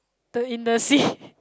the in the sea